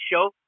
show